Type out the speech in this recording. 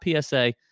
PSA